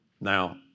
Now